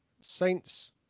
Saints